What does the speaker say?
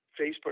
Facebook